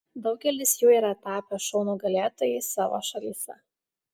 daugelis jų yra tapę šou nugalėtojais savo šalyse